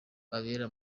abera